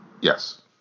Yes